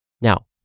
Now